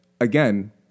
again